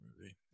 movie